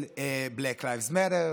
של Black Rights Matter,